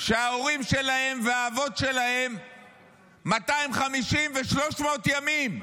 שההורים שלהם והאבות שלהם 250 ו-300 ימים,